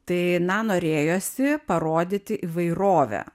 tai na norėjosi parodyti įvairovę